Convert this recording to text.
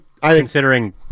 considering